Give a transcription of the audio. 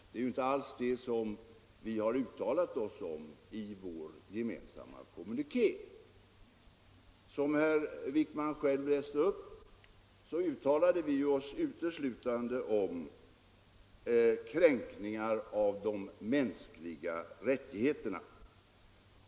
Det är inte det vi har uttalat oss om i vår gemensamma kommuniké. Som herr Wijkman själv läste upp uttalade vi oss uteslutande om kränkningar av de mänskliga rättigheterna.